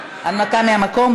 הנמקה מהמקום.